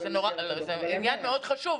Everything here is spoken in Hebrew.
זה עניין חשוב מאוד,